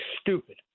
stupid